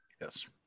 Yes